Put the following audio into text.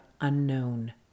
unknown